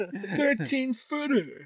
Thirteen-footer